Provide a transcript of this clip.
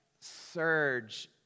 surge